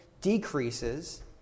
decreases